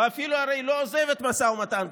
הוא הרי אפילו לא עוזב את המשא ומתן,